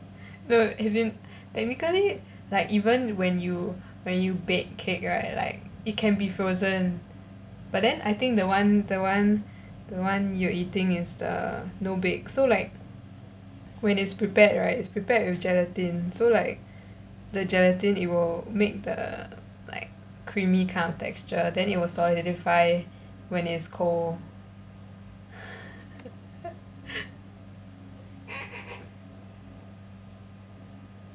no as in technically like even when you when you bake cake right like it can be frozen but then I think the one the one the one you eating is the no bake so like when it's prepared right it's prepared with gelatine so like the gelatine it will make the like creamy kind of texture then it will solidify when it's cold